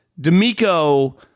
D'Amico